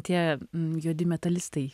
tie juodi metalistai